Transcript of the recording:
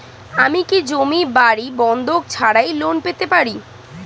আমি কি জমি বাড়ি বন্ধক ছাড়াই লোন পেতে পারি?